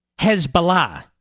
Hezbollah